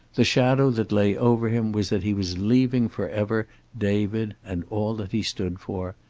the shadow that lay over him was that he was leaving forever david and all that he stood for,